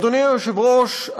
אדוני היושב-ראש,